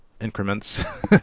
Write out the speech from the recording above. increments